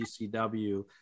GCW